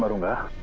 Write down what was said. but and